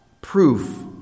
Proof